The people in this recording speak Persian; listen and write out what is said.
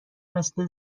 مثل